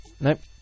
Nope